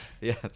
Yes